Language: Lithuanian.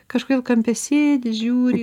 kažkodėl kampe sėdi žiūri